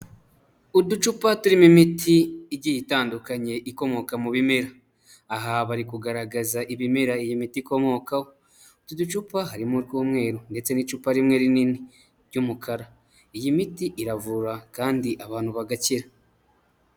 Uducupa turimo imiti igiye itandukanye ikomoka mu bimera. Aha bari kugaragaza ibimera iyi miti ikomokaho. Utu ducupa harimo utw'umweru ndetse n'icupa rimwe rinini ry'umukara, iyi miti iravura kandi abantu bagakira.